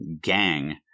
gang